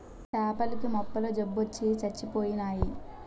సేపల కి మొప్పల జబ్బొచ్చి సచ్చిపోయినాయి